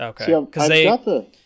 okay